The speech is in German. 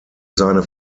seine